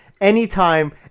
anytime